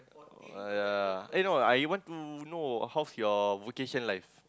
uh yeah no I want to know how's your vocation life